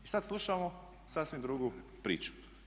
I sad slušamo sasvim drugu priču.